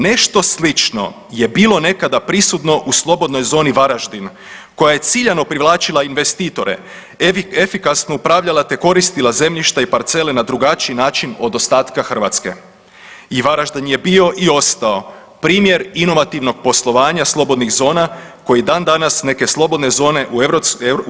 Nešto slično je bilo nekada prisutno u slobodnoj zoni Varaždin koja je ciljano privlačila investitore, efikasno upravljala te koristila zemljište i parcele na drugačiji način od ostatka Hrvatske i Varaždin je bio i ostao primjer inovativnog poslovanja slobodnih zona koji dan danas, neke slobodne zone u